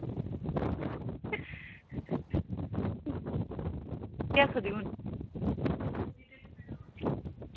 केह् आक्खा दी हून